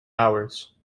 hours